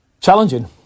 Challenging